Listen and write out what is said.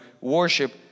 worship